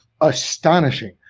astonishing